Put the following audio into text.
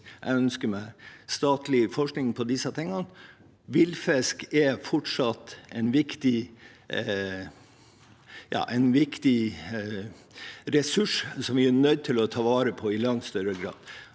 Jeg ønsker meg statlig forskning på disse tingene. Villfisk er fortsatt en viktig ressurs som vi er nødt til å ta vare på i langt større grad.